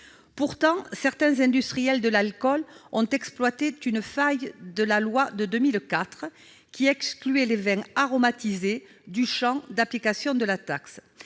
Pourtant, certains industriels de l'alcool ont exploité une faille de la loi de 2004, qui excluait les vins aromatisés du champ d'application de la taxe.